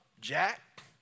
Jack